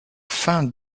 fin